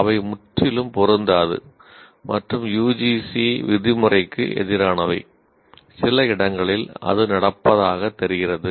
அவை முற்றிலும் பொருந்தாது மற்றும் யுஜிசி விதிமுறைக்கு எதிரானவை சில இடங்களில் அது நடப்பதாக தெரிகிறது